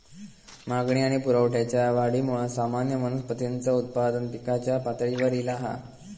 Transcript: मागणी आणि पुरवठ्याच्या वाढीमुळा सामान्य वनस्पतींचा उत्पादन पिकाच्या पातळीवर ईला हा